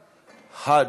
יחיא, חאג',